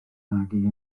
magu